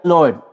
Lord